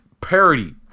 parody